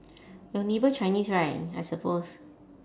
your neighbour chinese right I suppose